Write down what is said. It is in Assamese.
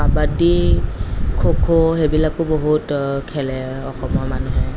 কাবাডী খো খো সেইবিলাকো বহুত খেলে অসমৰ মানুহে